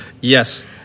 Yes